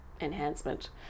enhancement